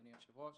אדוני היושב-ראש,